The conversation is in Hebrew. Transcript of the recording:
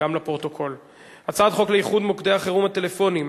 (תיקון מס' 35) (מימוש תווי קנייה),